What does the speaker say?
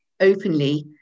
Openly